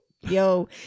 Yo